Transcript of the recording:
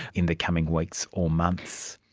in the coming weeks or months.